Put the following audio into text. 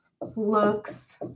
looks